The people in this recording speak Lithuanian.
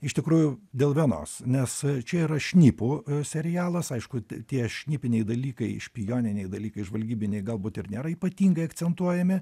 iš tikrųjų dėl vienos nes čia yra šnipų serialas aišku tie šnipiniai dalykai špijoniniai dalykai žvalgybiniai galbūt ir nėra ypatingai akcentuojami